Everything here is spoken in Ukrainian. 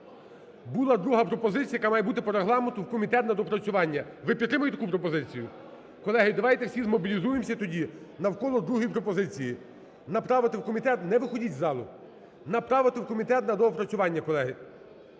була друга пропозиція, яка має бути по Регламенту, – в комітет на доопрацювання. Ви підтримуєте таку пропозицію? Колеги, давайте всі змобілізуємся тоді навколо другої пропозиції направити в комітет… Не виходьте з залу.